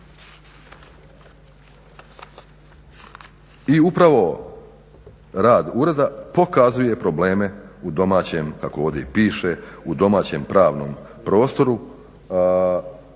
I upravo rad ureda pokazuje probleme u domaćem, kako ovdje